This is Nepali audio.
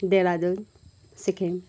देहरादुन सिक्किम